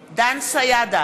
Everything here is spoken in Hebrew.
סידה,